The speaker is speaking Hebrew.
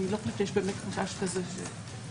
אני לא חושבת שיש באמת איזה חשש כזה, עם כל הרצון.